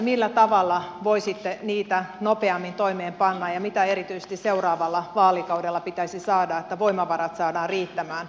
millä tavalla voisitte niitä nopeammin toimeenpanna ja mitä erityisesti seuraavalla vaalikaudella pitäisi saada että voimavarat saadaan riittämään